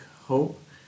hope